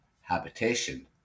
habitation